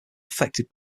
affected